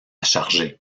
charger